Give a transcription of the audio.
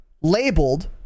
labeled